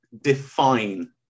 define